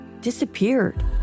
disappeared